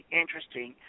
interesting